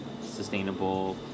sustainable